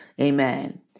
Amen